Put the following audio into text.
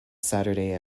saturday